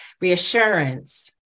reassurance